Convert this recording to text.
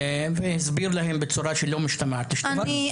והסביר להם בצורה שלא משתמעת לשתי פנים.